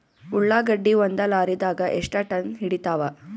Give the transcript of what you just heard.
ಉಳ್ಳಾಗಡ್ಡಿ ಒಂದ ಲಾರಿದಾಗ ಎಷ್ಟ ಟನ್ ಹಿಡಿತ್ತಾವ?